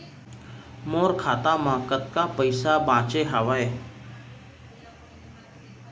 मोर खाता मा कतका पइसा बांचे हवय?